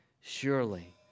Surely